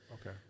okay